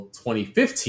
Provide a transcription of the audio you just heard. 2015